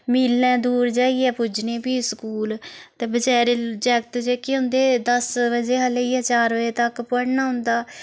मीलै दूर जाइयै पुज्जनी फ्ही स्कूल ते बचारे जागत जेह्के होंदे दस बजे हा लेइयै चार बजे तक पढ़ना होंदा